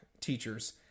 teachers